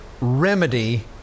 remedy